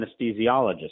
anesthesiologist